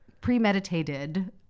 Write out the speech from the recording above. premeditated